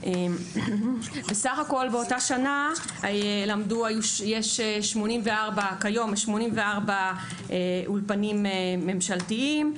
בסך הכול באותה שנה יש כיום 84 אולפנים ממשלתיים.